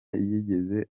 yigeze